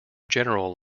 general